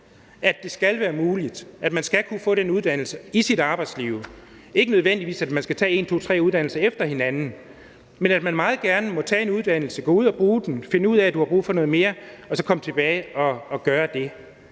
at det skal være muligt at få den nødvendige uddannelse i sit arbejdsliv – ikke at man nødvendigvis skal tage en, to eller tre uddannelser efter hinanden, men at man meget gerne må tage en uddannelse, gå ud og bruge den og finde ud af, at man har brug for noget mere, og så komme tilbage og tage det.